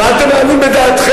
מה אתם מעלים בדעתכם,